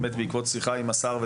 באמת בעקבות שיחה עם השר,